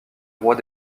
rois